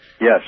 Yes